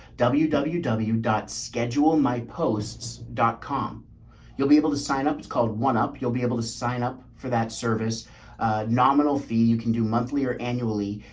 www www dot schedule, my posts dot com you'll be able to sign up. it's called one up. you'll be able to sign up for that service, a nominal fee. you can do monthly or annually.